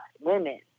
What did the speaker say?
women